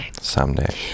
Someday